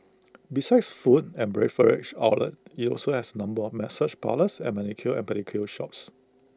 besides food and outlets IT also has A number of massage parlours and manicure and pedicure shops